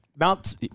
Mount